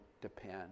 depend